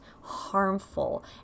harmful